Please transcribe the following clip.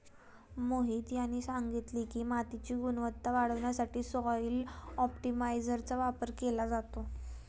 मोहित यांनी सांगितले की, मातीची गुणवत्ता वाढवण्यासाठी सॉइल ऑप्टिमायझरचा वापर केला जातो